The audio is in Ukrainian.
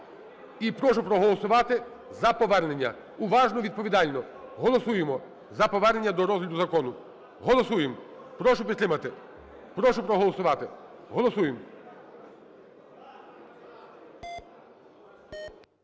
і прошу проголосувати за повернення. Уважно, відповідально! Голосуємо за повернення до розгляду закону. Голосуємо! Прошу підтримати, прошу проголосувати. Голосуємо!